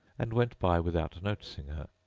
and went by without noticing her.